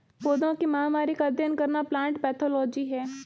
पौधों की महामारी का अध्ययन करना प्लांट पैथोलॉजी है